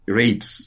rates